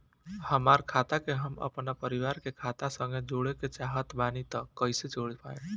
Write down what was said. हमार खाता के हम अपना परिवार के खाता संगे जोड़े चाहत बानी त कईसे जोड़ पाएम?